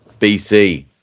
BC